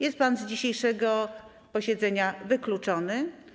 Jest pan z dzisiejszego posiedzenia wykluczony.